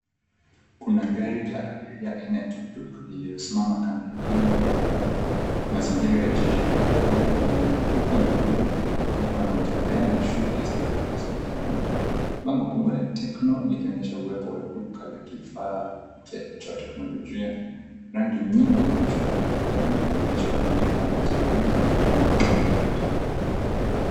Kuna gari ya abiria aina ya tuktuk iliyosimama kando ya barabara, mazingira ya jiji la kawaida yenye maduka madogo , watu wanaotembea na shughuli za kawaida za mtaani. Bango kubwa la Tecno likionyesha uwepo wa duka la kifaa cha teknolojia, rangi nyingi na michoro ya magari ikionyesha ubunifu wa mtaani na utamaduni wa mtaa.